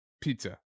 pizza